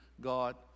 God